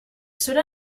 cela